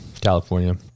California